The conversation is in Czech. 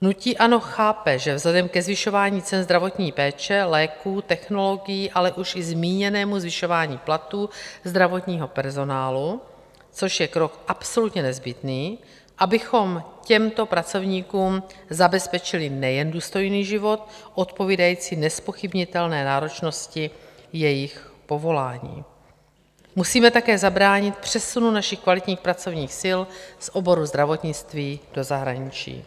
Hnutí ANO chápe, že vzhledem ke zvyšování cen zdravotní péče, léků, technologií, ale už i zmíněnému zvyšování platů zdravotního personálu, což je krok absolutně nezbytný, abychom těmto pracovníkům zabezpečili nejen důstojný život odpovídající nezpochybnitelné náročnosti jejich povolání, musíme také zabránit přesunu našich kvalitních pracovních sil z oboru zdravotnictví do zahraničí.